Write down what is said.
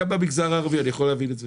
גם במגזר הערבי אני יכול להבין את זה.